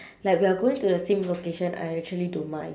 like we're going to the same location I actually don't mind